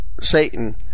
Satan